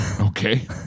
okay